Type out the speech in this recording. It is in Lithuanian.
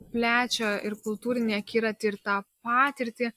plečia ir kultūrinį akiratį ir tą patirtį